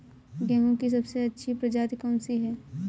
गेहूँ की सबसे अच्छी प्रजाति कौन सी है?